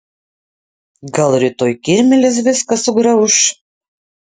gal rytoj kirmėlės viską sugrauš